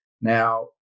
Now